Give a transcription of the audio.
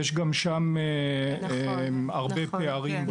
גם שם יש הרבה פערים.